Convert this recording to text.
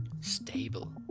stable